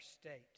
state